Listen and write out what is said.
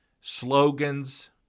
slogans